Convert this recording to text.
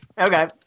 Okay